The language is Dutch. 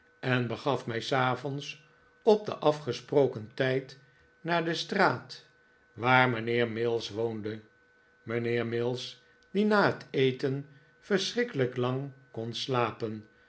en begaf mij s avonds op den afgesproken tijd naar de straat waar mijnheer mills woonde mijnheer mills die na het eten verschrikkelijk lang kon slapen